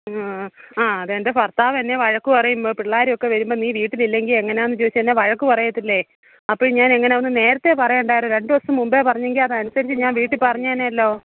ആ ആ അതെൻ്റെ ഭർത്താവ് എന്നെ വഴക്ക് പറയുമ്പോൾ പിള്ളേരുമൊക്കെ വരുമ്പോൾ നീ വീട്ടിലില്ലെങ്കിൽ എങ്ങനെയാണെന്ന് ചോദിച്ച് എന്നെ വഴക്ക് പറയത്തില്ലേ അപ്പോഴും ഞാനെങ്ങനെയാണ് ഒന്ന് നേരത്തെ പറയണ്ടായോ രണ്ടു ദിവസം മുമ്പേ പറഞ്ഞെങ്കിൽ അതനുസരിച്ച് ഞാൻ വീട്ടിൽ പറഞ്ഞേനെയല്ലോ